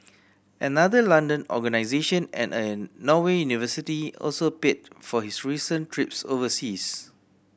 another London organisation and a Norway university also paid for his recent trips overseas